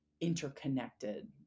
interconnected